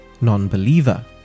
non-believer